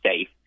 safe